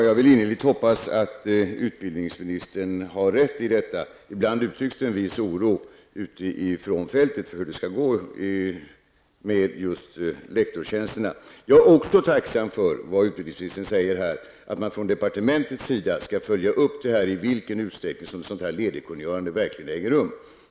Herr talman! Jag hoppas innerligt att utbildningsministern har rätt. Ibland uttrycks en viss oro ute från fältet över hur det skall gå med just lektorstjänsterna. Jag är också tacksam över att man från departementets sida skall följa upp i vilken utsträckning ledigkungörande verkligen äger rum.